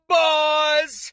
boys